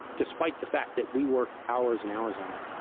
despite the fact that we worked hours and hours on it,